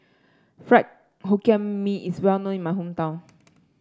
Fried Hokkien Mee is well known in my hometown